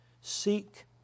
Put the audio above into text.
seek